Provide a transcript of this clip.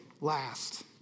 last